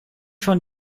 schon